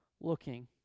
looking